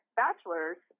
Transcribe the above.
bachelor's